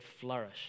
flourish